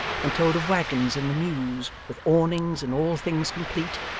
and told of waggons in the mews, with awnings and all things complete,